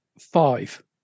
Five